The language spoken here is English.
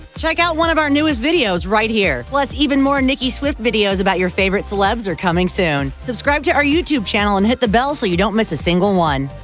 check out one of our newest videos right here! plus, even more nicki swift videos about your favorite celebs are coming soon. subscribe to our youtube channel and hit the bell so you don't miss a single one.